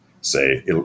say